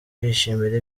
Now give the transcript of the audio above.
bishimira